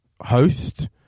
host